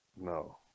no